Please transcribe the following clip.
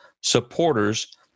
supporters